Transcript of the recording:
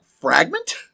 fragment